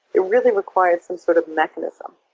it really requires some sort of mechanism,